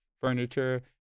furniture